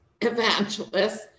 evangelists